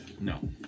No